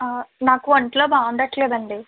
నాకు ఒంట్లో బావుండట్లేదు అండీ